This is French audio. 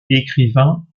écrivain